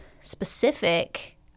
specific